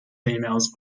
emails